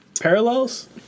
Parallels